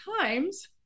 times